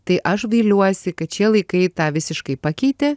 tai aš gailiuosi kad šie laikai tą visiškai pakeitė